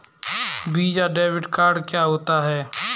Visa debit card क्या होता है?